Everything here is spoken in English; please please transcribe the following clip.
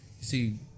see